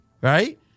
right